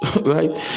right